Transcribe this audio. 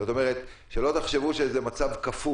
זאת אומרת, שלא תחשבו שזה איזה שהוא מצב קפוא.